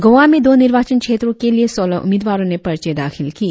गोवा में दो निर्वाचन क्षेत्रो के लिए सोलह उम्मीदवारो ने पर्चे दाखिल किए